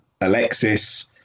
Alexis